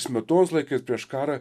smetonos laikais prieš karą